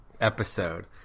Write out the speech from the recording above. episode